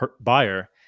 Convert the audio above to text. buyer